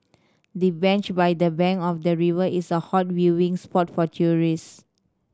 the bench by the bank of the river is a hot viewing spot for tourists